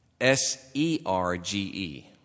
S-E-R-G-E